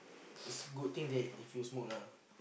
is good thing that if you smoke ah